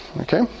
Okay